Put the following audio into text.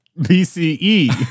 BCE